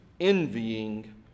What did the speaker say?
envying